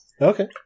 Okay